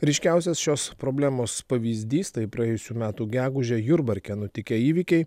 ryškiausias šios problemos pavyzdys tai praėjusių metų gegužę jurbarke nutikę įvykiai